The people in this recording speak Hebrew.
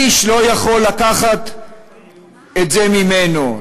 איש לא יכול לקחת את זה ממנו,